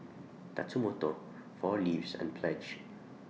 Tatsumoto four Leaves and Pledge